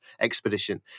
expedition